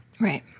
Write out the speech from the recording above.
Right